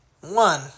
One